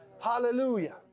Hallelujah